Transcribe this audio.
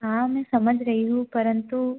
हाँ मैं समझ रही हूँ परंतु